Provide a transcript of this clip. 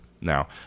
Now